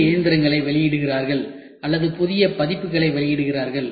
புதிய இயந்திரங்களை வெளியிடுகிறார்கள் அல்லது புதிய பதிப்புகளை வெளியிடுகிறார்கள்